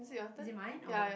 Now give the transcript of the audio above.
is it mine or